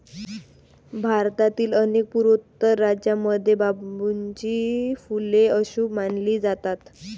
भारतातील अनेक पूर्वोत्तर राज्यांमध्ये बांबूची फुले अशुभ मानली जातात